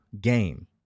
game